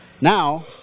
Now